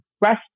rest